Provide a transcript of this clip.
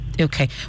Okay